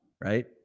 right